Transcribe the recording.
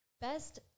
best